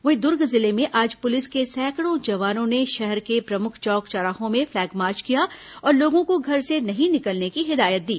वहीं दुर्ग जिले में आज पुलिस के सैकड़ों जवानों ने शहर के प्रमुख चौक चौराहों में फ्लैग मार्च किया और लोगों को घर से नहीं निकलने की हिदायत दी